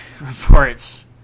Reports